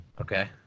Okay